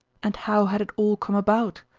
and how had it all come about?